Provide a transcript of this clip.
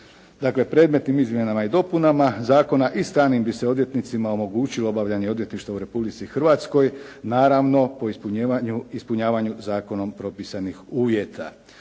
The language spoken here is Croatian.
Dakle, predmetnim izmjenama i dopunama zakona i stranim bi se odvjetnicima omogućilo obavljanje odvjetništva u Republici Hrvatskoj, naravno po ispunjavanju zakonom prpisanih uvjeta.